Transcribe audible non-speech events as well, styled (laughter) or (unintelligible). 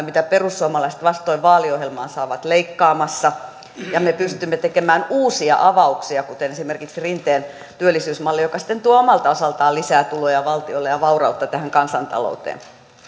(unintelligible) mitä perussuomalaiset vastoin vaaliohjelmaansa ovat leikkaamassa ja me pystymme tekemään uusia avauksia kuten esimerkiksi rinteen työllisyysmalli joka sitten tuo omalta osaltaan lisää tuloja valtiolle ja vaurautta tähän kansantalouteen